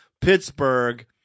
Pittsburgh